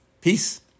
Peace